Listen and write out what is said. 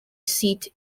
seat